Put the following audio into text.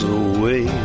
away